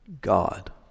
God